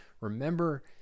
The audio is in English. Remember